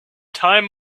time